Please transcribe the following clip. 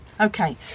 okay